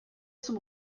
zum